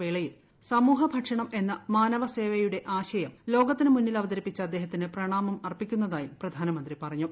ഈ വേളയിൽ സമൂഹ ഭക്ഷണം എന്ന മാനവസേവയുടെ ആശയം ലോകത്തിനു മുന്നിൽ അവതരിപ്പിച്ച അദ്ദേഹത്തിന് പ്രണാമം അർപ്പിക്കുന്നതായും പ്രധാനമന്ത്രി പറഞ്ഞു